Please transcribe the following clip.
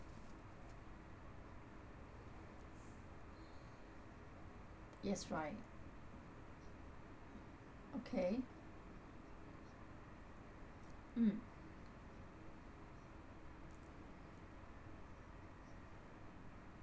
yes right okay mm